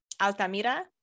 Altamira